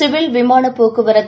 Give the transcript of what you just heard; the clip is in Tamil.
சிவில் விமானப் போக்குவரத்து